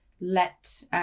let